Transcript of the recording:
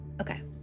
Okay